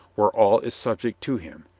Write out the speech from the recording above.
where all is subject to him,